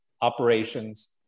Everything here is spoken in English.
Operations